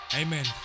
amen